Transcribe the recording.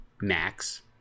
Max